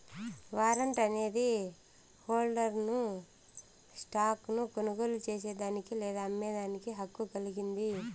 warrant అనేది హోల్డర్ను stock ను కొనుగోలు చేసేదానికి లేదా అమ్మేదానికి హక్కు కలిగింది